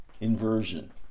Inversion